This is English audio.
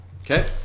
Okay